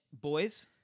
Boys